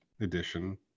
edition